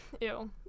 Ew